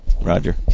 Roger